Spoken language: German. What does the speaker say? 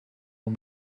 man